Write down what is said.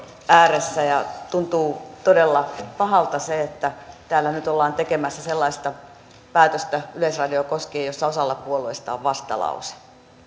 ääressä ja tuntuu todella pahalta se että täällä nyt ollaan tekemässä yleisradiota koskien sellaista päätöstä jossa osalla puolueista on vastalause